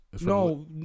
No